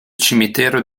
cimitero